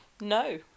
no